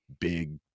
big